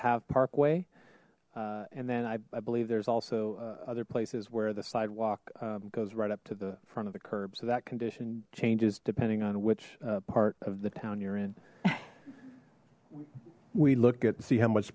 have parkway and then i believe there's also other places where the sidewalk goes right up to the front of the curb so that condition changes depending on which part of the town you're in we look at see how much